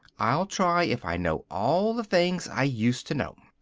i'll try if i know all the things i used to know.